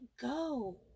go